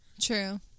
True